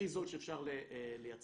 הכי זול שאפשר לייצר.